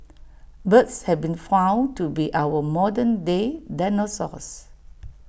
birds have been found to be our modern day dinosaurs